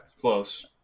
Close